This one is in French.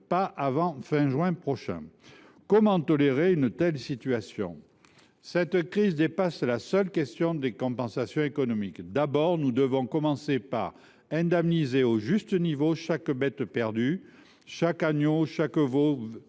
du mois de juin prochain. Comment tolérer une telle situation ? Cette crise dépasse la seule question des compensations économiques. Sans doute, nous devons commencer par indemniser au juste niveau chaque bête perdue, chaque agneau, chaque chevreau